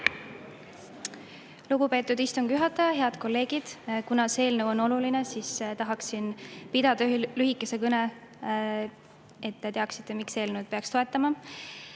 Lugupeetud istungi juhataja! Head kolleegid! Kuna see eelnõu on oluline, siis tahaksin pidada lühikese kõne, et te teaksite, miks eelnõu peaks toetama.